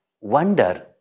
wonder